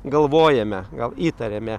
galvojame gal įtariame